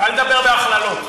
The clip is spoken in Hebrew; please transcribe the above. אל תדבר בהכללות.